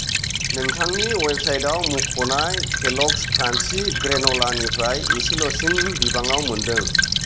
नोंथांनि वेबसाइटआव मुंख'नाय केल'ग्स क्रान्चि ग्रेन'लानिफ्राय इसेल'सिन बिबाङाव मोनदों